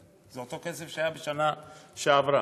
זה אותו כסף שהיה בשנה שעברה.